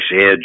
edge